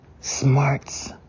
Smarts